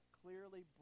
clearly